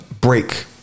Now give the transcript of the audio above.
break